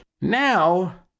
Now